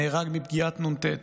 מפגיעת נ"ט,